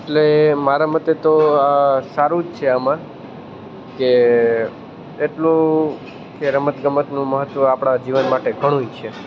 એટલે મારા મતે તો આ સારું જ છે આમાં કે એટલું કે રમતગમતનું મહત્ત્વ આપણા જીવન માટે ઘણુંય છે